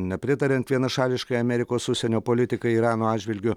nepritariant vienašališkai amerikos užsienio politikai irano atžvilgiu